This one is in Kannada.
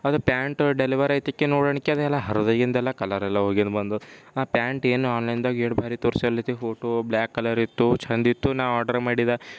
ಅದು ಪ್ಯಾಂಟ್ ಡೆಲಿವರಿ ಆಯ್ತಿಕ್ಕಿ ನೋಡನ್ನಿ ಕಿ ಅದೆಲ್ಲ ಹರಿದು ಹೋಗಿದ್ದೆಲ್ಲ ಕಲರೆಲ್ಲ ಹೋಗಿರೋದು ಬಂದು ಆ ಪ್ಯಾಂಟ್ ಏನು ಆನ್ಲೈನ್ದಾಗೆ ಎರಡು ಬಾರಿ ತೋರಿಸಲತ್ತಿ ಫೋಟೋ ಬ್ಲ್ಯಾಕ್ ಕಲರ್ ಇತ್ತು ಚೆಂದಿತ್ತು ನಾನು ಆರ್ಡರ್ ಮಾಡಿದ್ದೆ